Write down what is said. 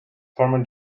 former